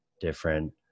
different